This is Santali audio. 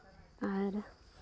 ᱟᱨ